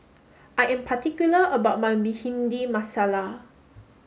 I am particular about my Bhindi Masala